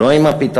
לא עם הפתרון,